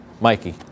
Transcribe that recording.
Mikey